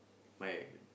my